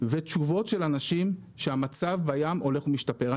ותשובות של אנשים שהמצב בים הולך ומשתפר.